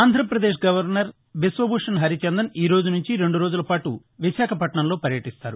Andhra Pradesh governor Biswabhushan Harichandan ఈరోజు నుంచి రెండు రోజుల పాటు విశాఖపట్టణంలో పర్యటిస్తారు